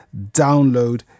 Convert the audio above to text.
download